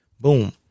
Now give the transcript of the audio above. Boom